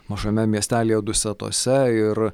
mažame miestelyje dusetose ir